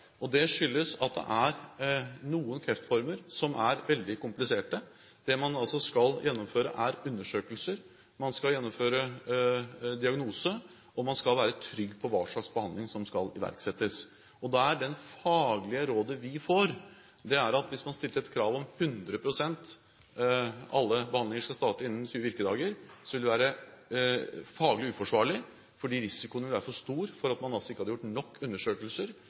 Det skyldes at noen kreftformer er veldig kompliserte. Det man skal gjennomføre, er altså undersøkelser, man skal gjennomføre diagnose, og man skal være trygg på hva slags behandling som skal iverksettes. Da er det faglige rådet vi får, at hvis man stilte et krav om 100 prosent – at alle behandlinger skal starte innen 20 virkedager – ville det være faglig uforsvarlig, fordi risikoen vil være for stor fordi man ikke har gjort nok undersøkelser,